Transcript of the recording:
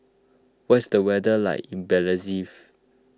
what is the weather like in Belize